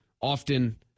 Often